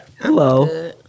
Hello